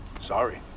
Sorry